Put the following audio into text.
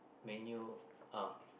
Man-U ah